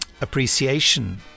appreciation